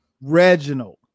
Reginald